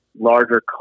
larger